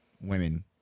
women